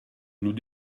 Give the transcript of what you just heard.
nous